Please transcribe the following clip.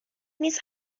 نیست